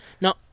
no